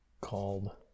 called